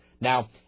Now